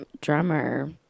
drummer